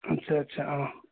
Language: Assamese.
আচ্ছা আচ্ছা অঁ